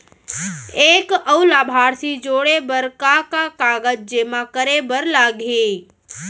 एक अऊ लाभार्थी जोड़े बर का का कागज जेमा करे बर लागही?